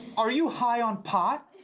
are you high on pot?